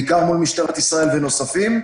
בעיקר מול משטרת ישראל ונוספים,